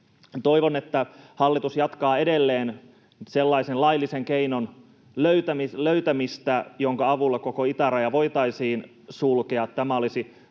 Toivon, että hallitus jatkaa edelleen sellaisen laillisen keinon löytämistä, jonka avulla koko itäraja voitaisiin sulkea.